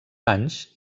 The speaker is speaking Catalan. anys